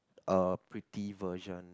uh pretty version